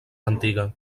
antiga